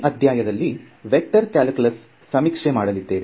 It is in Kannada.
ಈ ಅಧ್ಯಾಯದಲ್ಲಿ ವೆಕ್ಟರ್ ಕಲ್ಕ್ಯುಲಸ್ ಸಮೀಕ್ಷೆ ಮಾಡಲಿದ್ದೇವೆ